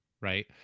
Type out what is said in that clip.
right